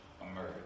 emerge